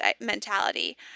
mentality